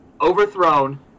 overthrown